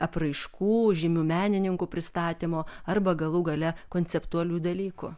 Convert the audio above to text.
apraiškų žymių menininkų pristatymo arba galų gale konceptualių dalykų